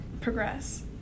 progress